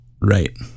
right